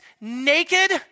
naked